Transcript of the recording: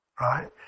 right